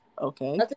okay